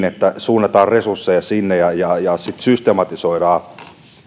että suunnataan resursseja sinne ja ja sitten systematisoidaan